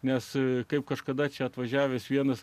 nes kaip kažkada čia atvažiavęs vienas